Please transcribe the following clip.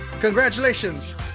Congratulations